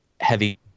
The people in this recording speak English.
heavy